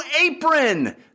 Apron